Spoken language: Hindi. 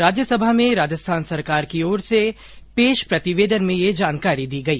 राज्यसभा में राजस्थान सरकार की ओर से पेश प्रतिवेदन में ये जानकारी दी गई